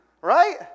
right